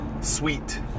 sweet